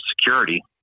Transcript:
security